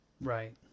Right